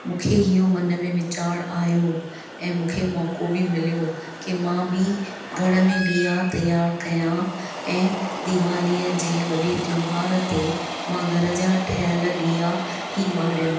मूंखे इहो मन में वीचार आहियो ऐ मूंखे मौक़ो बि मिलियो की मां बि घर में ॾीया तयार कयां ऐं दीवालीअ जे वॾे त्योहार ते मां घर जा ठहियलु ॾीया ई ॿारियां